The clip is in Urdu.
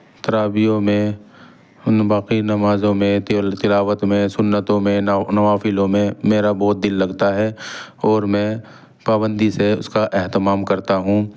تراویحیوں میں باقی نمازوں میں تلااوت میں سنتوں میں نوافلوں میں میرا بہت دل لگتا ہے اور میں پابندی سے اس کا اہتمام کرتا ہوں